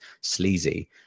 sleazy